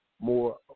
more